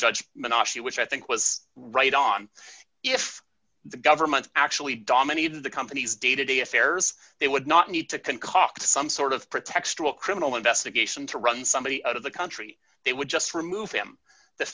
menasha which i think was right on if the government actually dominated the company's day to day affairs they would not need to concoct some sort of pretext to a criminal investigation to run somebody out of the country they would just remove him the